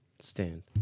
stand